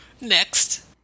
Next